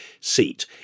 seat